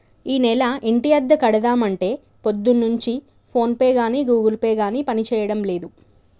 ఈనెల ఇంటి అద్దె కడదామంటే పొద్దున్నుంచి ఫోన్ పే గాని గూగుల్ పే గాని పనిచేయడం లేదు